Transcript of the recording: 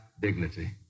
dignity